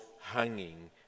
hanging